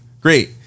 great